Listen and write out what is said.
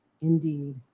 Indeed